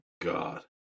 god